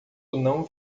não